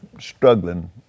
struggling